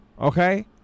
okay